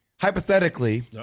Hypothetically